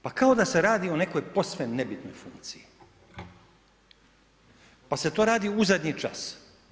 Pa kao da se radi o nekoj posve nebitnoj funkciji pa se to radi u zadnji čas.